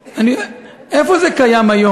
אבל, רבותי, חברי כנסת היקרים, איפה זה קיים היום?